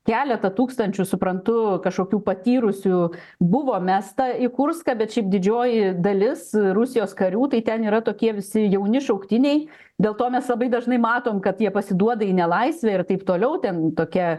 keletą tūkstančių suprantu kažkokių patyrusių buvo mesta į kurską bet šiaip didžioji dalis rusijos karių tai ten yra tokie visi jauni šauktiniai dėl to mes labai dažnai matom kad jie pasiduoda į nelaisvę ir taip toliau ten tokia